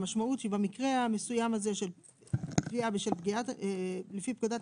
המשמעות שבמקרה המסוים הזה של תביעה לפי פקודת